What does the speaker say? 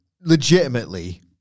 Legitimately